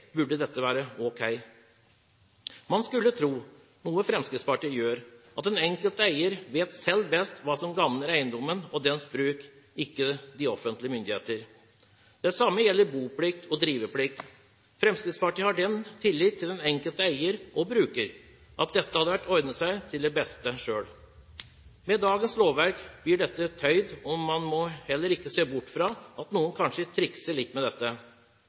være ok. Man skulle tro – noe Fremskrittspartiet gjør – at den enkelte eier selv vet best hva som gagner eiendommen og det som gjelder bruken av den, ikke offentlige myndigheter. Det samme gjelder bo- og driveplikt. Fremskrittspartiet har tillit til at den enkelte eier og bruker selv ordner dette til det beste. Med dagens lovverk blir dette tøyd, og man må heller ikke se bort fra at noen kanskje trikser litt med dette.